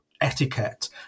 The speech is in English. etiquette